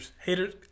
Haters